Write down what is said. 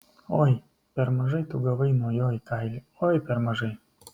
oi per mažai tu gavai nuo jo į kailį oi per mažai